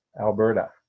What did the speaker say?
Alberta